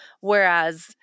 Whereas